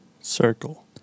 Circle